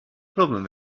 problem